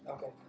Okay